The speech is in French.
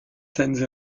scènes